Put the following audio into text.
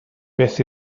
beth